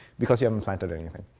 because you haven't planted anything.